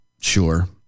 Sure